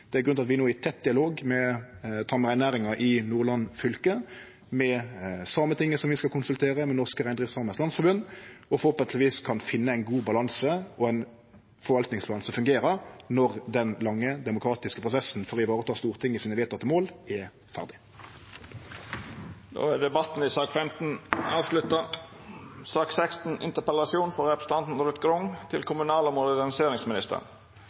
det er grunnen til at vi no i tett dialog med tamreinnæringa i Nordland fylke, med Sametinget, som vi skal konsultere, og med Norske Reindriftsamers Landsforbund forhåpentlegvis kan finne ein god ballanse og ein forvaltningsplan som fungerer når den lange demokratiske prosessen for å ta i vare Stortingets vedtekne mål er ferdig. Debatten i sak nr. 15 er avslutta.